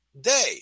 day